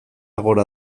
gora